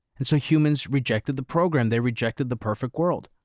and so humans rejected the program. they rejected the perfect world,